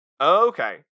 Okay